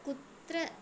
कुत्र